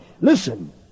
listen